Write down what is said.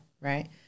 right